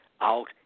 out